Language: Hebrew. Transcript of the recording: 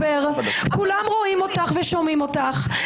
כולם רואים אותך ושומעים אותך.